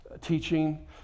teaching